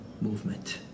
movement